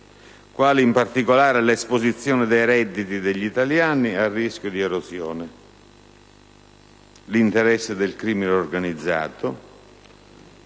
quali, in particolare, l'esposizione dei redditi degli italiani al rischio di erosione, l'interesse del crimine organizzato,